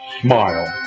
smile